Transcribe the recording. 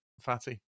Fatty